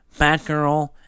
Batgirl